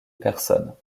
personnes